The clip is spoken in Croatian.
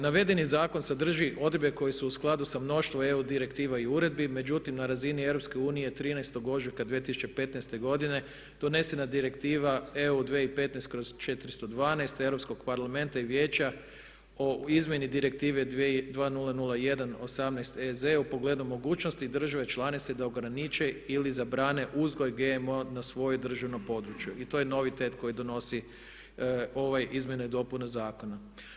Navedeni zakon sadrži odredbe koje su u skladu sa mnoštvo EU direktiva i uredbi, međutim na razini EU 13. ožujka 2015. godine donesena je direktiva EU/2015/412 Europskog parlamenta i Vijeća o izmjeni direktive 2001/18/EZ o pogledu mogućnosti države članice da ograniči ili zabrane uzgoj GMO-a na svom državnom području i to je novitet koji donosi ove izmjene i dopune zakona.